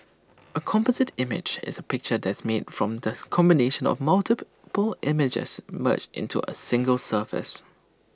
A composite image is A picture that's made from the combination of multiple pore images merged into A single surface